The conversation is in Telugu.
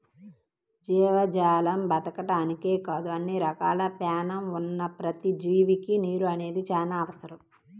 జీవజాలం బతకడానికే కాదు అన్ని రకాలుగా పేణం ఉన్న ప్రతి జీవికి నీరు అనేది చానా అవసరం